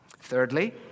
Thirdly